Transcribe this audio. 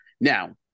now